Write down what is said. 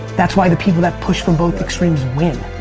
that's why the people that push from both extremes win.